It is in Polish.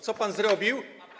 Co pan zrobił?